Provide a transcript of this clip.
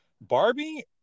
Barbie